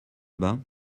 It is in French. bas